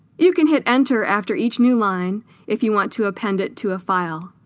you can hit enter after each new line if you want to append it to a file